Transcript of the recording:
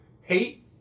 hate